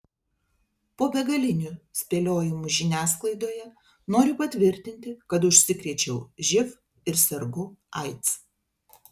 po begalinių spėliojimų žiniasklaidoje noriu patvirtinti kad užsikrėčiau živ ir sergu aids